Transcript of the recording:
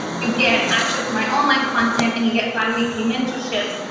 you get access to my online content and you get bi-weekly mentorships.